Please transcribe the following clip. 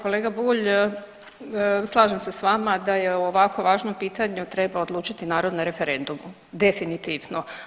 Kolega Bulj slažem se s vama da o ovako važnom pitanju treba odlučiti narod na referendumu definitivno.